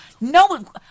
No